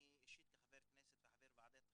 אני כחבר כנסת וחבר ועדת החינוך,